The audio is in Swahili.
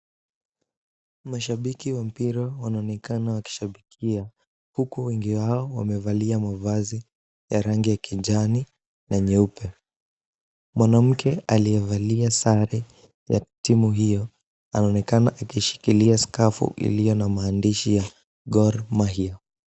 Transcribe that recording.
Mashabiki wa mpira wanaonekana wakishabikia, huku wengi wao wamevalia mavazi ya rangi ya kijani na nyeupe. Mwanamke aliyevalia sare ya timu hiyo, anaonekana akishikilia skafu iliyo na maandishi ya Gor Mahia.